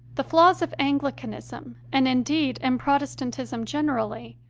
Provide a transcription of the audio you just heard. the flaws of anglicanism, and indeed in protestantism generally,